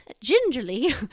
gingerly